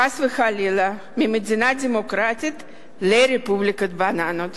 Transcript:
חס וחלילה, ממדינה דמוקרטית לרפובליקת בננות.